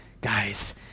Guys